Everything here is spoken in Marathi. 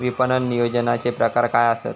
विपणन नियोजनाचे प्रकार काय आसत?